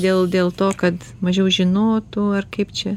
dėl dėl to kad mažiau žinotų ar kaip čia